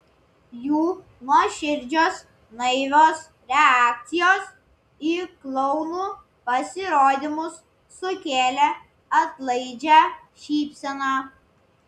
jų nuoširdžios naivios reakcijos į klounų pasirodymus sukėlė atlaidžią šypseną